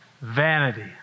vanity